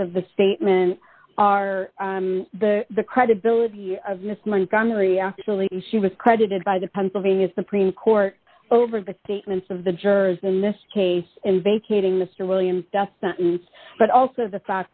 of the statement are the credibility of miss montgomery actually she was credited by the pennsylvania supreme court over the statements of the jurors in this case in vacating the civilian death sentence but also the fact